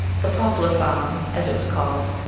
the poplar farm, as it was called,